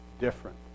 different